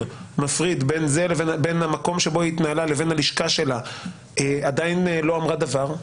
מפריד בין המקום שבו היא התנהלה לבין הלשכה שלה עדין לא אמרה דבר.